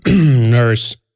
Nurse